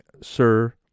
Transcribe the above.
sir